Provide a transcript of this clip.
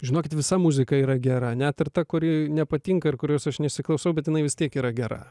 žinokit visa muzika yra gera net ir ta kuri nepatinka ir kurios aš nesiklausau bet jinai vis tiek yra gera